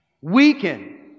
weaken